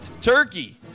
turkey